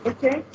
Okay